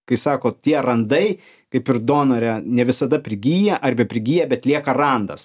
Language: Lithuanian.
kai sako tie randai kaip ir donore ne visada prigyja ar beprigyja bet lieka randas